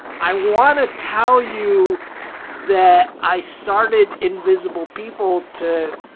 i want to tell you that i started invisible people to,